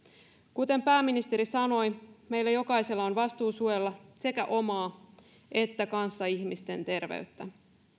kuten pääministeri sanoi meillä jokaisella on vastuu suojella sekä omaa että kanssaihmisten terveyttä